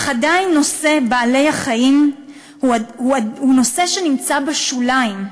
אך עדיין נושא בעלי-החיים הוא נושא שנמצא בשוליים.